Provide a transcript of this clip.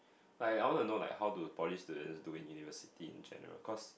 like I want to know like how do poly students do in university in general cause